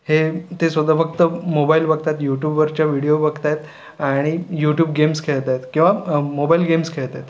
हे ते स्वतः फक्त मोबाईल बघतात युट्यूबवरच्या व्हिडियो बघत आहेत आणि यूट्यूब गेम्स खेळत आहेत किंवा मोबाईल गेम्स खेळत आहेत